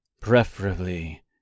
preferably